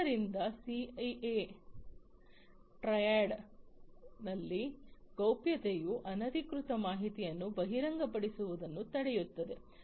ಆದ್ದರಿಂದ ಸಿಐಎ ಟ್ರೈಡ್ನಲ್ಲಿನ ಗೌಪ್ಯತೆಯು ಅನಧಿಕೃತ ಮಾಹಿತಿಯನ್ನು ಬಹಿರಂಗಪಡಿಸುವುದನ್ನು ತಡೆಯುತ್ತದೆ